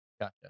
Gotcha